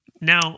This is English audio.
now